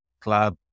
club